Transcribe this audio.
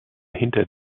hinter